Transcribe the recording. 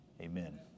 amen